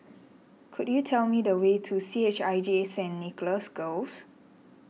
could you tell me the way to C H I J Saint Nicholas Girls